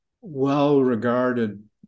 well-regarded